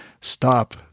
stop